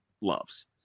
loves